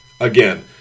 Again